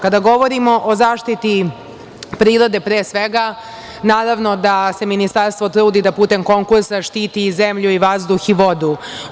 Kada govorimo o zaštiti prirode, pre svega, naravno da se Ministarstvo trudi da putem konkursa štiti i zemlju, vazduh i vodu.